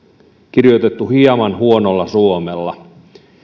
kirjoitettu hieman huonolla suomella